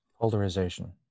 polarization